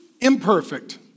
imperfect